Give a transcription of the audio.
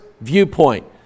viewpoint